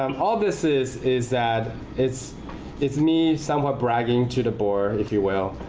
um all this is is that it's it's me somewhat bragging to the board, if you will,